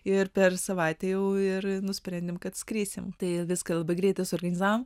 ir per savaitę jau ir nusprendėm kad skrisim tai viską labai greitai suorganizavom